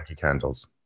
candles